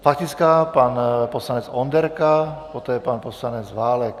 Faktická pan poslanec Onderka, poté pan poslanec Válek.